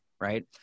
right